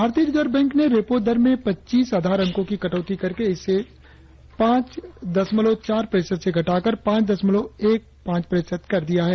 भारतीय reserve bank ने repo दर में पच्चीस आधार अंकों की कटौती करके इसे पांच दशमलव चार प्रतिशत से घटाकर पांच दशमलव एक पांच प्रतिशत कर दिया है